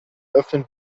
öffnen